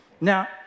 Now